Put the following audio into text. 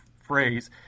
phrase